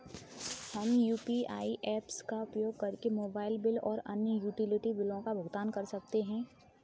हम UPI apps का उपयोग करके मोबाइल बिल और अन्य यूटिलिटी बिलों का भुगतान कर सकते हैं